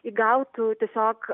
įgautų tiesiog